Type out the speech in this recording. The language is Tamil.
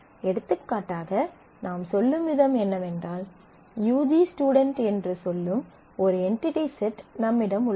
எடுத்துக்காட்டாக நாம் சொல்லும் விதம் என்னவென்றால் UG ஸ்டுடென்ட் என்று சொல்லும் ஒரு என்டிடி செட் நம்மிடம் உள்ளது